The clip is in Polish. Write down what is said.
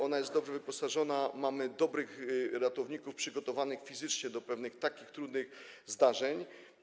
Ona jest dobrze wyposażona, mamy dobrych ratowników, przygotowanych fizycznie do takich trudnych zdarzeń.